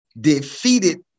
defeated